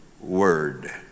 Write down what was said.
word